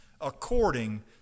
according